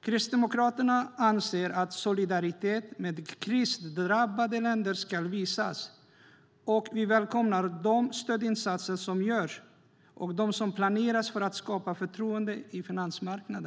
Kristdemokraterna anser att solidaritet med krisdrabbade länder ska visas. Vi välkomnar både de stödinsatser som görs och de stödinsatser som planeras för att skapa förtroende på finansmarknaden.